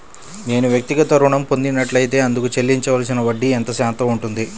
నేను వ్యక్తిగత ఋణం పొందినట్లైతే అందుకు చెల్లించవలసిన వడ్డీ ఎంత శాతం ఉంటుంది?